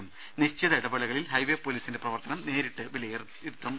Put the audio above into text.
യും നിശ്ചിത ഇടവേളകളിൽ ഹൈവേ പോലീസിന്റെ പ്രവർത്തനം നേരിട്ട് വിലയിരുത്തും